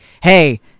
hey –